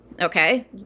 Okay